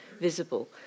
visible